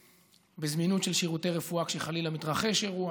בזמינות של שירותי רפואה כשחלילה מתרחש אירוע,